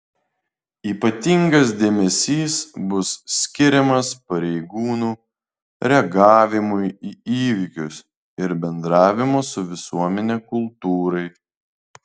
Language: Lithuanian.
ypatingas dėmesys bus skiriamas pareigūnų reagavimui į įvykius ir bendravimo su visuomene kultūrai